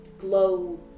glow